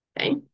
Okay